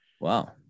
Wow